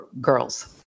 girls